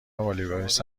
والیبالیست